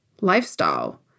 lifestyle